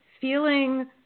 feeling